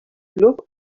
club